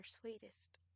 sweetest